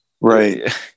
right